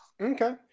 Okay